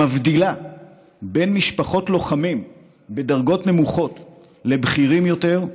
שמבדילה בין משפחות לוחמים בדרגות נמוכות לבכירים יותר,